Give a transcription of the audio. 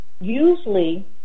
usually